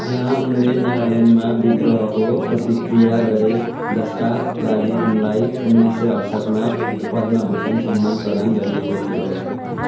त्यहाँ उनले नागाल्यान्डमा विद्रोहको प्रतिक्रिया गरे जसका लागि उनलाई उन्नाइस सय अठसट्ठीमा पद्मभूषण सम्मान प्रदान गरिएको थियो